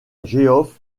geoff